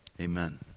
Amen